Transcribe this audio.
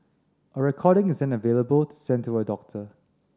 a recording is then available to send to a doctor